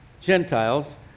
Gentiles